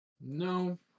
No